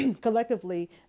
collectively